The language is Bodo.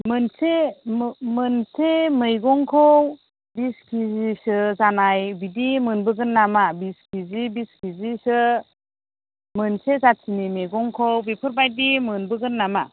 मोनसे मोनसे मैगंखौ बिस किजिसो जानाय बिदि मोनबोगोन नामा बिस किजि बिस किजिसो मोनसे जातिनि मैगंखौ बेफोरबायदि मोनबोगोन नामा